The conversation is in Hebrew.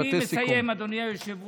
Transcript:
אז אני מסיים, אדוני היושב-ראש.